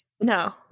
no